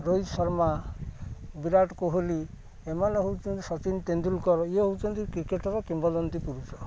ରୋହିତ ଶର୍ମା ବିରାଟ କୋହଲି ଏମାନେ ହେଉଛନ୍ତି ସଚିନ ତେନ୍ଦୁଲକର ଇଏ ହେଉଛନ୍ତି କ୍ରିକେଟର କିମ୍ବଦନ୍ତୀ ପୁରୁଷ